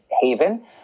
haven